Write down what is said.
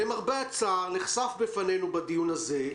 למרבה הצער נחשף בפנינו בדיון הזה,